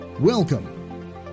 Welcome